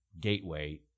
gateway